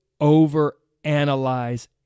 overanalyze